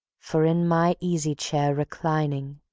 for in my easy-chair reclining.